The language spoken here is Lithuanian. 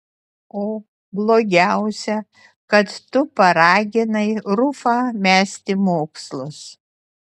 o blogiausia kad tu paraginai rufą mesti mokslus